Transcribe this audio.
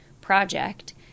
project